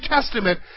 Testament